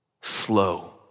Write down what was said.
slow